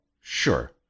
Sure